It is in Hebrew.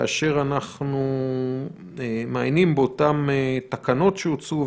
כאשר אנחנו מעיינים באותן תקנות שהוצאו,